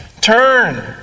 turn